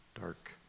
dark